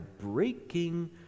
breaking